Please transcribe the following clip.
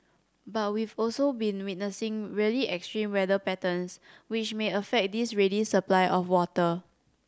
but we've also been witnessing really extreme weather patterns which may affect this ready supply of water